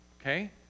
okay